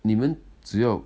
你们只要